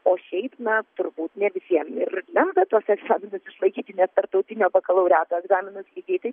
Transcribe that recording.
o šiaip na turbūt ne visiem ir lemta tuos egzaminus išlaikyti net tarptautinio bakalaureato egzaminus lygiai taip